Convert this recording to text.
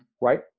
right